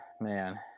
man